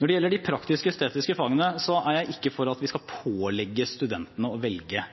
Når det gjelder de praktisk-estetiske fagene, er jeg ikke for at vi skal pålegge studentene å velge